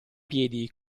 piedi